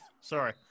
sorry